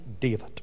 David